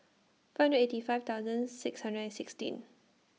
five hundred eighty five thousand six hundred and sixteen